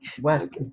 West